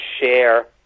share